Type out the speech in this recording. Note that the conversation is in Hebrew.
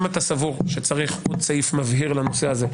אם אתה סבור שצריך עוד סעיף מבהיר לנושא הזה,